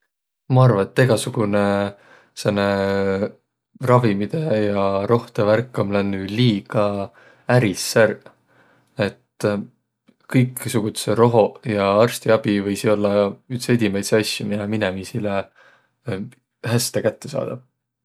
Ma arva, et egäsugunõ sääne ravimidõ ja rohtõ värk om lännüq liiga äris ärq. Et kõiksugudsõq rohoq ja arstiabi võisiq ollaq üts edimäidsi asjo, miä om inemiisile häste kättesaadav.